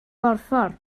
borffor